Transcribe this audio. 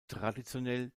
traditionell